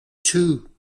two